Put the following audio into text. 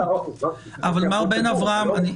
מר בן אברהם,